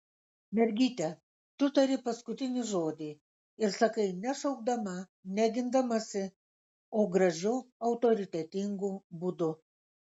mergyte tu tari paskutinį žodį ir sakai ne šaukdama ne gindamasi o gražiu autoritetingu būdu